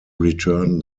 return